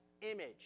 image